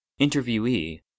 Interviewee